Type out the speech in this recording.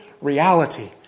reality